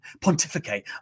Pontificate